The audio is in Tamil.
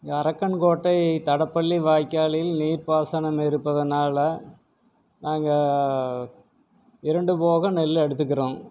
அரக்கன் கோட்டை தடப்பள்ளி வாய்க்காலில் நீர் பாசனம் இருப்பதுனால் நாங்கள் இரண்டு போகம் நெல் எடுத்துக்கிறோம்